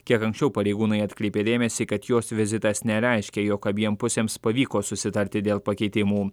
kiek anksčiau pareigūnai atkreipė dėmesį kad jos vizitas nereiškia jog abiem pusėms pavyko susitarti dėl pakeitimų